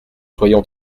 soyons